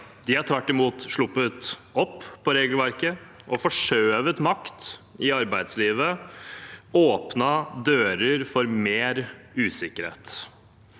De har tvert imot sluppet opp på regelverket og forskjøvet makt i arbeidslivet, åpnet dører for mer usikkerhet.